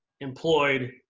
employed